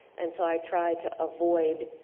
and so i try to avoid